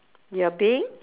you are being